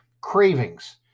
cravings